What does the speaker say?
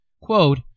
quote